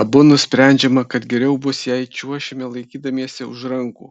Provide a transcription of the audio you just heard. abu nusprendžiame kad geriau bus jei čiuošime laikydamiesi už rankų